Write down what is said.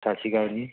ਸਤਿ ਸ਼੍ਰੀ ਅਕਾਲ ਜੀ